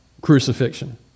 crucifixion